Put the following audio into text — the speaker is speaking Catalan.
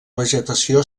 vegetació